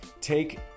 take